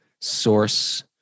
source